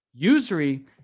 Usury